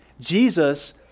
Jesus